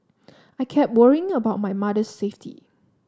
I kept worrying about my mother's safety